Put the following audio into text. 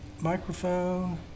Microphone